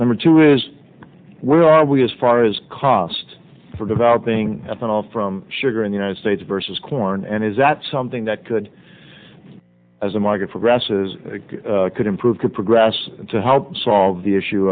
number two is where are we as far as cost for developing ethanol from sugar in united states versus corn and is that something that could as a market for grasses could improve their progress to help solve the issue